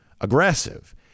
aggressive